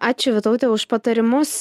ačiū vytaute už patarimus